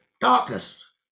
darkness